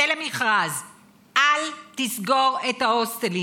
צא למכרז, אל תסגור את ההוסטלים.